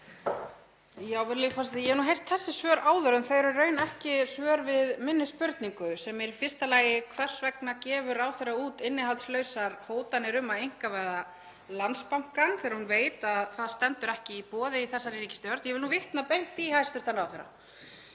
Virðulegi forseti. Ég hef nú heyrt þessi svör áður en þau eru í raun ekki svör við minni spurningu, sem er í fyrsta lagi: Hvers vegna gefur ráðherra út innihaldslausar hótanir um að einkavæða Landsbankann þegar hún veit að það stendur ekki til í þessari ríkisstjórn? Ég vil vitna beint í hæstv. ráðherra.